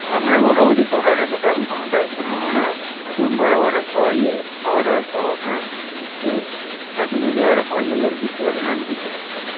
আপনার মোটামুটি টোটাল এ কথা আমি কোনো দায়িত্ব নেব না রুম ভাড়া ভাড়া সব ইয়ে খাওয়া দাওয়া সব আপনার ঠিক আছে তাতে যদি আরও পাঁচ হাজার বেশি বলেন আমি দিতে রাজি আছি